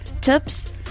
tips